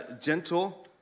gentle